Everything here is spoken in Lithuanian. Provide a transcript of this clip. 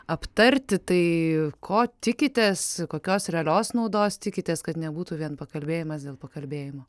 aptarti tai ko tikitės kokios realios naudos tikitės kad nebūtų vien pakalbėjimas dėl pakalbėjimo